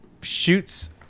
shoots